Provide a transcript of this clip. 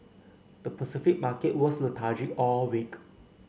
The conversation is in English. the Pacific market was lethargic all week